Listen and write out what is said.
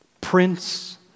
Prince